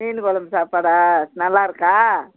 மீன் கொழம்பு சாப்பாடா நல்லா இருக்கா